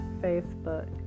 Facebook